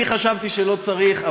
אני חשבתי שלא צריך,